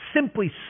simply